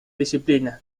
disciplina